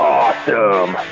awesome